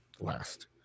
last